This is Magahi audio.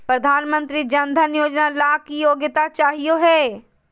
प्रधानमंत्री जन धन योजना ला की योग्यता चाहियो हे?